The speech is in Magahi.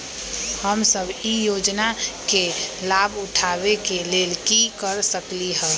हम सब ई योजना के लाभ उठावे के लेल की कर सकलि ह?